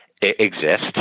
exist